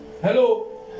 Hello